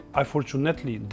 unfortunately